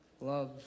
love